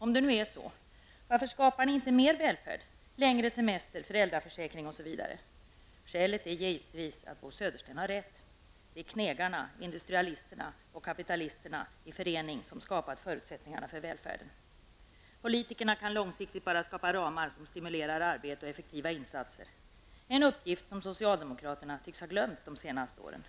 Om det nu är så -- varför skapar ni inte mer välfärd i form av längre semester, föräldraförsäkring osv? Skälet är givetvis att Bo Södersten har rätt: det är knegarna, ''industrialisterna'' och kapitalisterna i förening som har skapat förutsättningarna för välfärden. Politikerna kan långsiktigt bara skapa ramar som stimulerar arbete och effektiva insatser, en uppgift som socialdemokraterna tycks ha glömt de senaste åren.